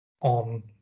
on